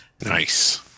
Nice